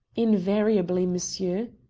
invariably, monsieur.